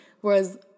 whereas